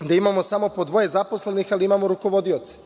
gde imamo samo po dvoje zaposlenih, ali imamo rukovodioce.